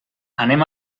anem